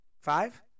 Five